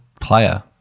player